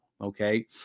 okay